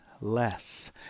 less